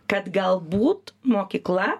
kad galbūt mokykla